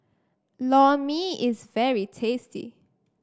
Lor Mee is very tasty